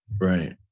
Right